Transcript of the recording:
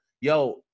yo